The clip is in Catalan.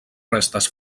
restes